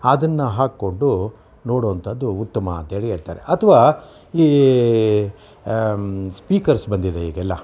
ಅದನ್ನು ಹಾಕ್ಕೊಂಡು ನೋಡೋವಂಥದ್ದು ಉತ್ತಮ ಅಂತ ಹೇಳಿ ಹೇಳ್ತಾರೆ ಅಥವಾ ಈ ಸ್ಪೀಕರ್ಸ್ ಬಂದಿದೆ ಈಗೆಲ್ಲ